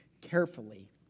carefully